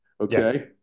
okay